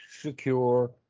secure